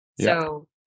So-